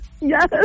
Yes